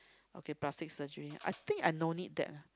okay plastic surgery I think I no need that